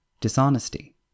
dishonesty